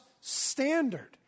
standard